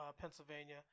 Pennsylvania